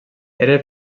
era